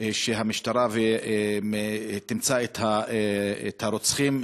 שהמשטרה תמצא את הרוצחים,